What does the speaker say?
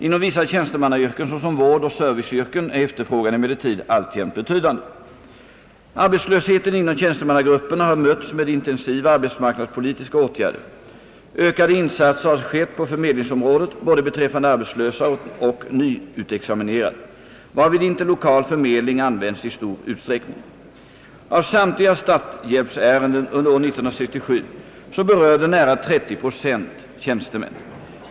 Inom vissa tjänstemannayrken såsom vårdoch serviceyrken är efterfrågan emellertid alltjämt betydande. Arbetslösheten inom tjänstemannagrupperna har mötts med intensiva arbetsmarknadspolitiska åtgärder. Ökade insatser har skett på förmedlingsområdet både beträffande arbetslösa och nyutexaminerade, varvid interlokal förmedling använts i stor utsträckning. Av samtliga starthjälpsärenden under år 1967 berörde nära 3097 tjänstemän.